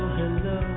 hello